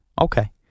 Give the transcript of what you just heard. Okay